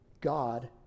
God